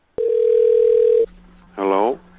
Hello